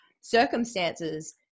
circumstances